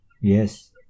Yes